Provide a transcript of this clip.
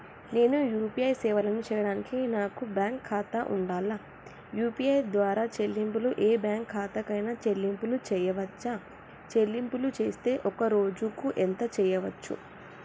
నేను యూ.పీ.ఐ సేవలను చేయడానికి నాకు బ్యాంక్ ఖాతా ఉండాలా? యూ.పీ.ఐ ద్వారా చెల్లింపులు ఏ బ్యాంక్ ఖాతా కైనా చెల్లింపులు చేయవచ్చా? చెల్లింపులు చేస్తే ఒక్క రోజుకు ఎంత చేయవచ్చు?